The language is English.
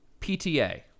PTA